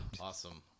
awesome